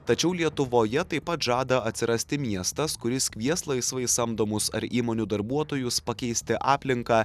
tačiau lietuvoje taip pat žada atsirasti miestas kuris kvies laisvai samdomus ar įmonių darbuotojus pakeisti aplinką